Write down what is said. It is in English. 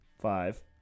five